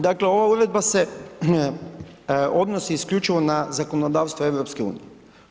Dakle ova uredba se odnosi isključivo na zakonodavstvo EU-a.